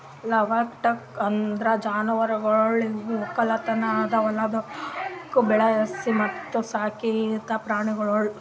livestock ಅಂದುರ್ ಜಾನುವಾರುಗೊಳ್ ಇವು ಒಕ್ಕಲತನದ ಹೊಲಗೊಳ್ದಾಗ್ ಬೆಳಿಸಿ ಮತ್ತ ಸಾಕಿದ್ ಪ್ರಾಣಿಗೊಳ್